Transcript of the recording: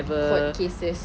court cases